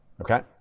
Okay